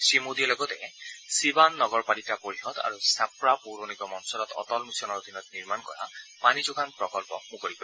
শ্ৰীমোডীয়ে শিৱান নগৰ পালিকা পৰিষদ আৰু চাপ্ৰা পৌৰ নিগম অঞ্চলত অটল মিছনৰ অধীনত নিৰ্মাণ কৰা পানী যোগান প্ৰকল্প মুকলি কৰিব